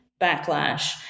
backlash